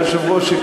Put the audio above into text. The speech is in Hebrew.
אדוני היושב-ראש,